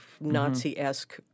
Nazi-esque